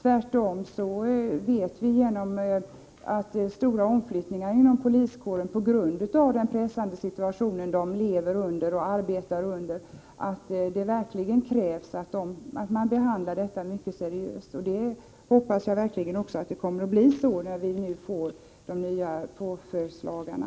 Vi vet att det förekommer stora omflyttningar inom poliskåren på grund av den pressande situation som poliserna lever och arbetar i, och det krävs verkligen att man behandlar denna fråga mycket seriöst. Jag hoppas också att det kommer att bli så, när vi nu får de nya påföljdslagarna.